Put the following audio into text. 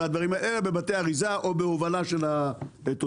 אלא בבתי אריזה או בהובלה של התוצרת.